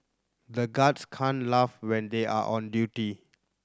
the guards can't laugh when they are on duty